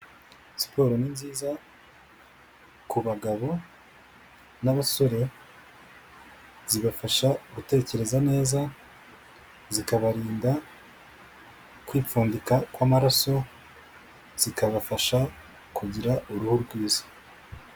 Siporo ni nziza ku bagabo n'abasore, zibafasha gutekereza neza zikabarinda kwipfundika kw'amaraso, zikabafasha kugira uruhu rwiza.